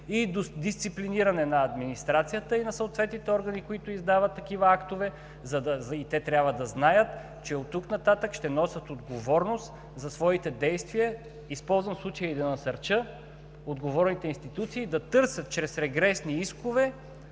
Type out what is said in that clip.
до дисциплиниране на администрацията и на съответните органи, които издават такива актове, и те трябва да знаят, че оттук нататък ще носят отговорност за своите действия. Използвам случая и да насърча отговорните институции да търсят чрез регресни искове